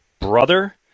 brother